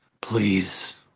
Please